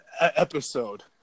episode